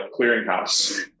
clearinghouse